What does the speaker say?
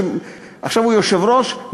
שעכשיו הוא יושב-ראש,